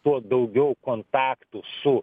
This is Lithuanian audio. tuo daugiau kontaktų su